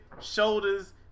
shoulders